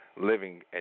living